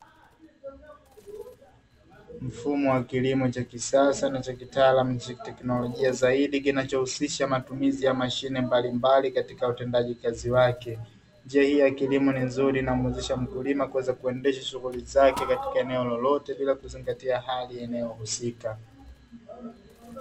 Mfumo wa kilimo cha kisasa na cha kitaalamu chakiteknolojia zaidi kinachohusisha matumizi ya mashine mbalimbali katika utendaji kazi wake. Njia hii ni nzuri ya kilimo kwa kumuwezesha mkulima kuweza kuendesha shughuli zake katika eneo lolote bila kuzingatia hali ya eneo husika.